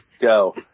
Go